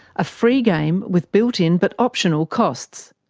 a free game with built-in but optional costs.